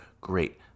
great